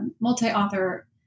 multi-author